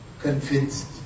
convinced